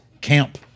Camp